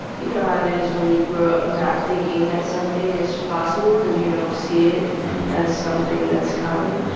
you know how it is when you grow up not thinking that something is possible cause you don't see it as something that's common.